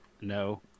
No